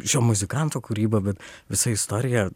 šio muzikanto kūryba bet visa istorija